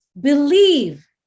believe